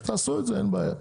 תעשו את זה אין בעיה,